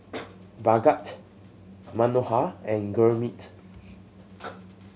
Bhagat Manohar and Gurmeet